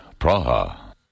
Praha